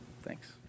Thanks